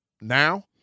now